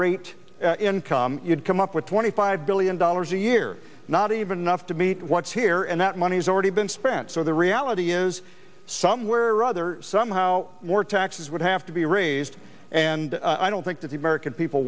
rate income you'd come up with twenty five billion dollars a year not even enough to meet what's here and that money's already been spent so the reality is somewhere or other somehow more taxes would have to be raised and i don't think that the american people